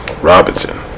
Robinson